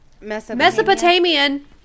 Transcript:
Mesopotamian